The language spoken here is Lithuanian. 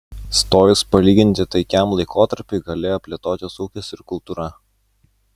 stojus palyginti taikiam laikotarpiui galėjo plėtotis ūkis ir kultūra